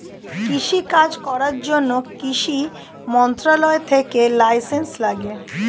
কৃষি কাজ করার জন্যে কৃষি মন্ত্রণালয় থেকে লাইসেন্স লাগে